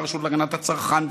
והרשות להגנת הצרכן,